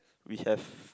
we have